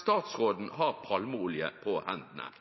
Statsråden har palmeolje på hendene.